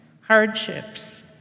hardships